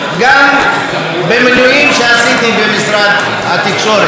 גם במינויים שעשיתי במשרד התקשורת,